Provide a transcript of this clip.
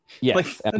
Yes